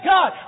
God